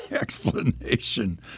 explanation